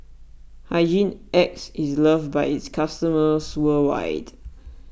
Hygin X is loved by its customers worldwide